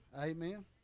amen